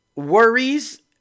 worries